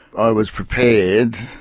i was prepared